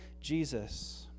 Jesus